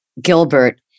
Gilbert